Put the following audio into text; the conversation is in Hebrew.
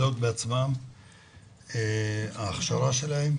המטפלות בעצמן הכשרה שלהם,